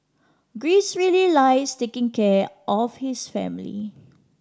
Greece really likes taking care of his family